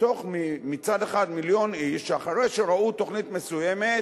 מצד אחד מיליון איש שאחרי שראו תוכנית מסוימת